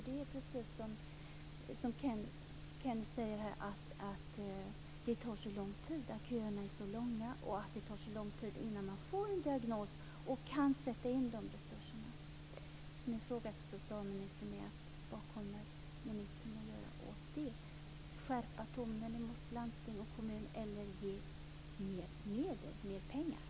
Som Kenneth Johansson säger är köerna långa, och det tar lång tid att få en diagnos så att resurser kan sättas in.